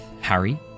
Harry